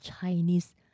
Chinese